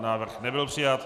Návrh nebyl přijat.